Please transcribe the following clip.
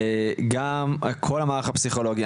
גם כל המערך הפסיכולוגי,